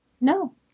No